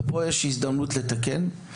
ופה יש הזדמנות לתקן.